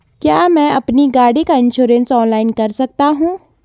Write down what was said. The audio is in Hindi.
क्या मैं अपनी गाड़ी का इन्श्योरेंस ऑनलाइन कर सकता हूँ?